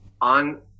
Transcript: on